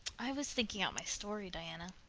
i was thinking out my story, diana.